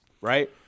Right